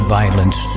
violence